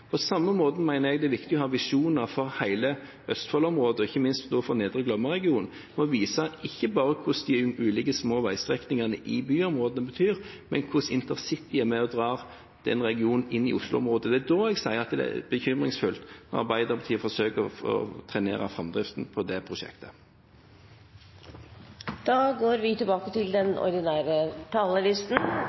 ikke minst for Nedre Glomma-regionen, for å vise ikke bare hva de ulike små veistrekningene i byområdene betyr, men hvordan intercity er med og drar den regionen inn i Oslo-området. Det er da jeg sier at det er bekymringsfullt når Arbeiderpartiet forsøker å trenere framdriften på det